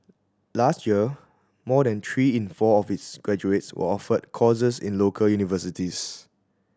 last year more than three in four of its graduates were offered courses in local universities